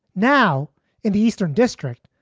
now in the eastern district,